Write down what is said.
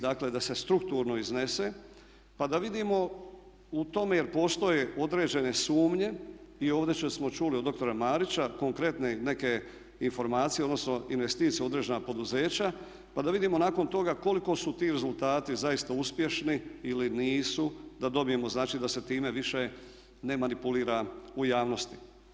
Dakle da se strukturno iznese pa da vidimo u tome jer postoje određene sumnje i ovdje što smo čuli od doktora Marića konkretne neke informacije odnosno investicije u određena poduzeća pa da vidimo nakon toga koliko su ti rezultati zaista uspješni ili nisu, da dobijemo znači da se time više ne manipulira u javnosti.